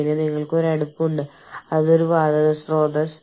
അതിനാൽ നമ്മൾ ഐഡന്റിഫിക്കേഷൻ നമ്പറുകൾ നൽകുന്നു